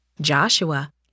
Joshua